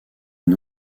une